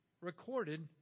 recorded